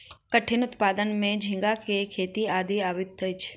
कठिनी उत्पादन में झींगा के खेती आदि अबैत अछि